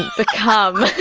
become